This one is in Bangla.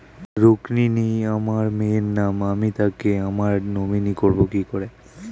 রুক্মিনী আমার মায়ের নাম আমি তাকে আমার নমিনি করবো কি করে?